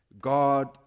God